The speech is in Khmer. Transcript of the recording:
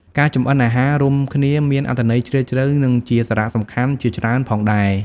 ការចម្អិនអាហាររួមគ្នាមានអត្ថន័យជ្រាលជ្រៅ និងជាសារៈសំខាន់ជាច្រើនផងដែរ ។